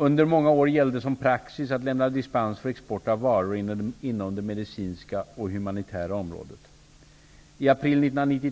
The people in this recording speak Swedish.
Under många år gällde som praxis att lämna dispens för export av varor inom det medicinska och det humanitära området. Sverige